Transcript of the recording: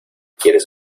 quieres